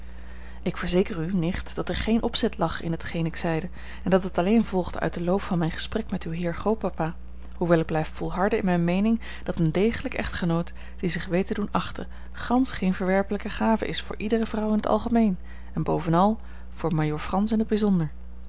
ik verzeker u nicht dat er geen opzet lag in t geen ik zeide en dat het alleen volgde uit den loop van mijn gesprek met uw heer grootpapa hoewel ik blijf volharden in mijne meening dat een degelijk echtgenoot die zich weet te doen achten gansch geen verwerpelijke gave is voor iedere vrouw in t algemeen en bovenal voor majoor frans in t bijzonder